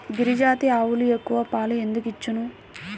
గిరిజాతి ఆవులు ఎక్కువ పాలు ఎందుకు ఇచ్చును?